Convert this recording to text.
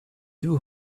two